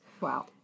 Wow